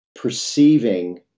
perceiving